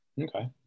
Okay